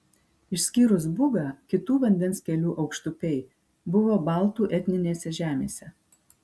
išskyrus bugą kitų vandens kelių aukštupiai buvo baltų etninėse žemėse